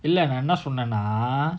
இல்லநான்என்னசொன்னேனா:illa naan enna sonnena